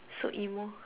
so emo